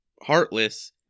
heartless